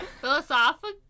Philosophical